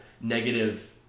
negative